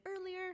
earlier